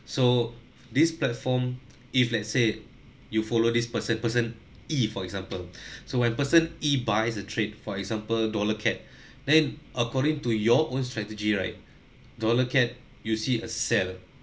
so this platform if let's say you follow this person person E for example so when person E buys a trade for example dollar CAD then according to your own strategy right dollar CAD you see A sell